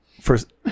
First